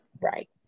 Right